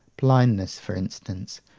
blindness for instance,